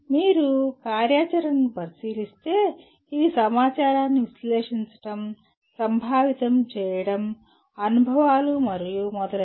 మీరు కార్యాచరణను పరిశీలిస్తే ఇది సమాచారాన్ని విశ్లేషించడం సంభావితం చేయడం అనుభవాలు మరియు మొదలైనవి